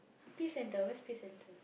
Peace-Centre where's Peace-Centre